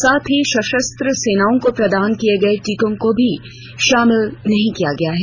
साथ ही सशस्त्र सेनाओं को प्रदान किए गए टीकों को भी शामिल नहीं किया गया है